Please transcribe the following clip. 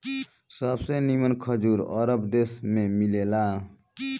सबसे निमन खजूर अरब देश में मिलेला